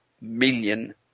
million